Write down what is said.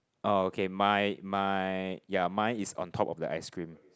oh okay mine mine ya mine is on top of the ice cream